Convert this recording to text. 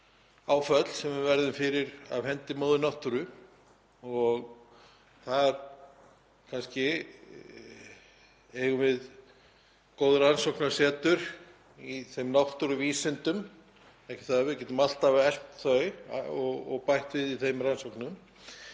áföll sem við verðum fyrir af hendi móður náttúru. Þar kannski eigum við góð rannsóknasetur, í þeim náttúruvísindum — ekki það, við getum alltaf eflt þau og bætt við í þeim rannsóknum.